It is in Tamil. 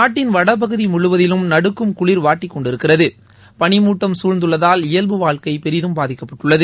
நாட்டின் வடபகுதி முழுவதிலும் நடுக்கும் குளிர் வாட்டிக்கொண்டிருக்கிறது பனி மூட்டம் சூழ்ந்துள்ளதால் இயல்பு வாழ்க்கை பெரிதும் பாதிக்கப்பட்டுள்ளது